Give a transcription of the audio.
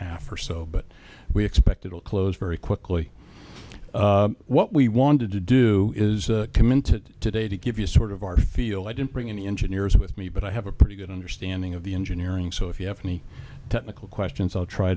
half or so but we expect it will close very quickly what we wanted to do is come into it today to give you sort of our feel i didn't bring any engineers with me but i have a pretty good understanding of the engineering so if you have any technical questions i'll try